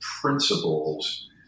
principles